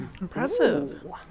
impressive